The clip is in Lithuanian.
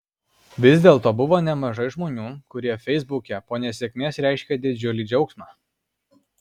vis dėlto buvo nemažai žmonių kurie feisbuke po nesėkmės reiškė didžiulį džiaugsmą